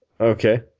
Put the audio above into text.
Okay